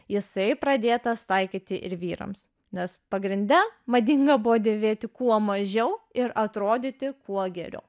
jisai pradėtas taikyti ir vyrams nes pagrinde madinga buvo dėvėti kuo mažiau ir atrodyti kuo geriau